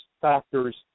factors